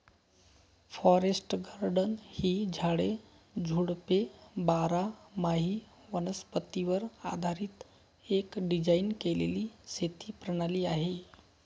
forest garden ही झाडे, झुडपे बारामाही वनस्पतीवर आधारीत एक डिझाइन केलेली शेती प्रणाली आहे